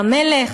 והמלך?